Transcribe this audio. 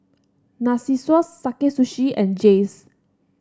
Narcissus Sakae Sushi and Jays